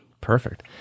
Perfect